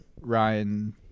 Ryan